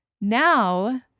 now